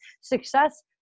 success